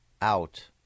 out